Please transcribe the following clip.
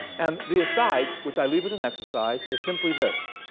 and the aside, which i leave as an exercise, is simply this.